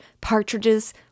Partridges